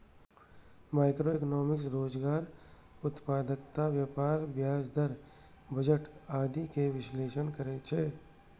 macroeconomics रोजगार, उत्पादकता, व्यापार, ब्याज दर, बजट आदिक विश्लेषण करै छै